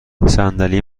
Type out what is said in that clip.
صندلی